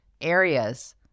areas